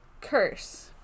curse